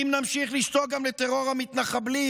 אם נמשיך לשתוק גם לטרור המתנחבלים